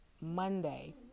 Monday